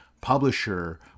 publisher